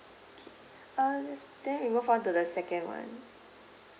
okay uh then we move on to the second [one]